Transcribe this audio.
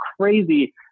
crazy